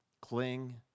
Cling